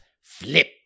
flip